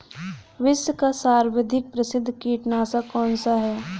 विश्व का सर्वाधिक प्रसिद्ध कीटनाशक कौन सा है?